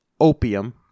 opium